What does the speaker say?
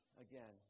again